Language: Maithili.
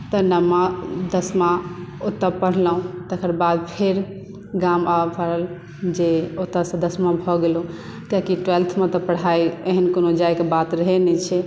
तऽ नओमा दशमा ओतय पढ़लहुँ तकर बाद फेर गाम आबय पड़ल जे ओतयसँ दसमा भऽ गेल कियाकि ट्वेल्व्थके पढ़ाई एहन कोनो जाएकेँ बात रहैत नहि छै